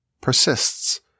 persists